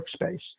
workspace